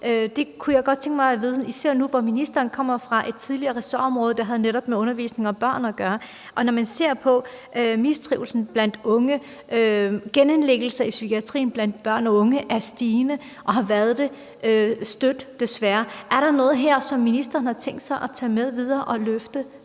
Det kunne jeg godt tænke mig at vide, især nu, hvor ministeren kommer fra et ressortområde, hvor hun netop havde med undervisning og børn at gøre. Og når man ser på mistrivslen blandt unge og ser på, at genindlæggelsesomfanget blandt unge og børn i psykiatrien er stigende og desværre har været det støt, er der så noget her, som ministeren har tænkt sig at tage med videre og løfte